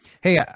Hey